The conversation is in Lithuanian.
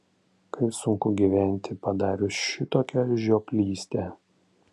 kaip sunku gyventi padarius šitokią žioplystę